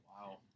Wow